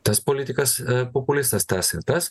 tas politikas populistas tas ir tas